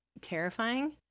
terrifying